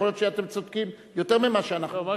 יכול להיות שאתם צודקים יותר ממה שאנחנו,